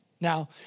Now